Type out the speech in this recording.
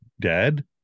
dead